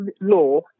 law